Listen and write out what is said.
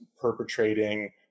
perpetrating